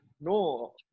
No